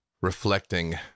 reflecting